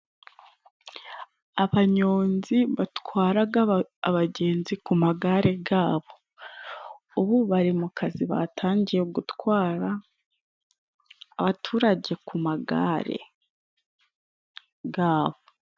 Abanyonzi batwaraga abagenzi ku magare gabo, ubu bari mu kazi, batangiye gutwara abaturage ku magare gabo.